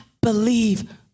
believe